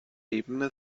ebene